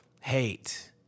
hate